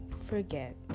forget